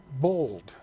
bold